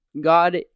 god